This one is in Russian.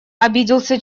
обиделся